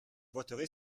voterai